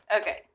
Okay